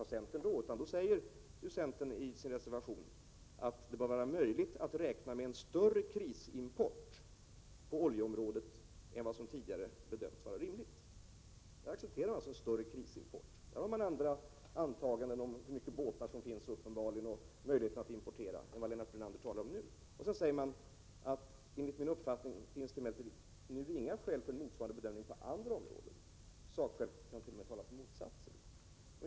I sin reservation säger ju centern att det bör vara möjligt att räkna med en större krisimport på oijeområdet än vad som tidigare bedömdes vara rimlig. Man accepterar alltså en större krisimport. Där har man uppenbarligen andra antaganden när det gäller tillgången på båtar och möjligheten att importera än vad Lennart Brunander nu talar om. Man säger vidare att det i dag emellertid inte finns några skäl för en motsvarande bedömning på andra områden och att det finns sakskäl som t.o.m. kan tala för motsatsen.